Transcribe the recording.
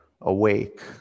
Awake